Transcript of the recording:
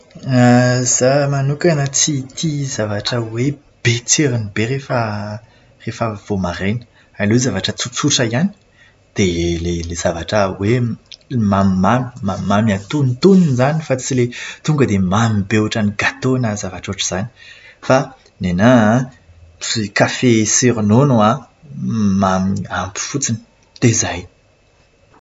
Izaho manoka tsy tia zavatra hoe be tsirony be rehefa rehefa vao maraina. Aleo zavatra tsotsotra ihany, dia ilay zavatra hoe mamimamy. Mamimamy antonontonony izany fa tsy ilay hoe tonga dia mamy be ohatran'ny gato na zavatra ohatr'izany. Fa ny anahy an, kafe sy ronon an, mamy ampy fotsiny dia izay.